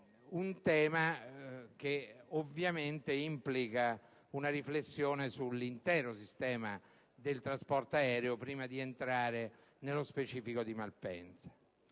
un tema che ovviamente implica una riflessione sull'intero sistema del trasporto aereo prima di entrare nello specifico di Malpensa.